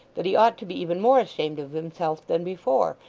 that he ought to be even more ashamed of himself than before,